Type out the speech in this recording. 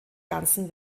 ganzen